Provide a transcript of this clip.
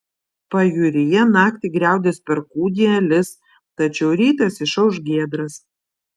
pajūryje naktį griaudės perkūnija lis tačiau rytas išauš giedras